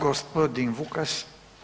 Gospodin Vukas.